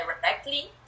directly